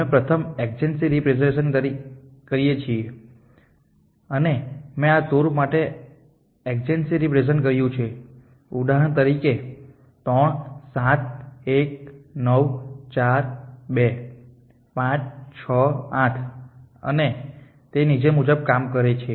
અમે પ્રથમ adjacency representation કરીએ છીએ અને મેં આ ટૂર માટે એડજન્સી રેપ્રેસેંટેશન કર્યું છે ઉદાહરણ તરીકે 3 7 1 9 4 2 5 6 8 અને તે નીચે મુજબ કામ કરે છે